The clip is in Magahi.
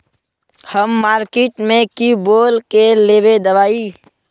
हम मार्किट में की बोल के लेबे दवाई?